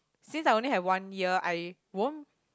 since I only have one year I won't